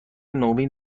نوین